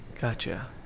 Gotcha